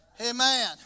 Amen